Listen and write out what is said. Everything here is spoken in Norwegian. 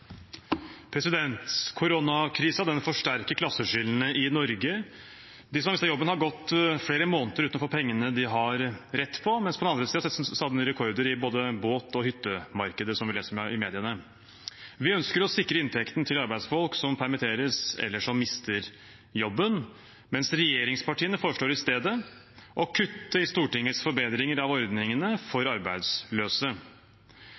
forsterker klasseskillene i Norge. De som har mistet jobben, har gått flere måneder uten å få pengene de har rett på, mens på den andre siden ser man rekorder i både båt- og hyttemarkedet, som vi leser om i mediene. Vi ønsker å sikre inntekten til arbeidsfolk som permitteres eller mister jobben, men regjeringspartiene foreslår i stedet å kutte i Stortingets